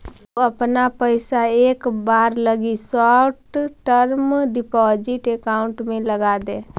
तु अपना पइसा एक बार लगी शॉर्ट टर्म डिपॉजिट अकाउंट में लगाऽ दे